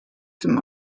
dem